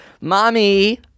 Mommy